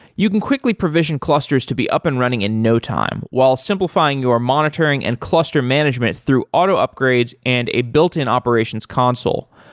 you can quickly provision clusters to be up and running in no time while simplifying your monitoring and cluster management through auto upgrades and a built-in operations console.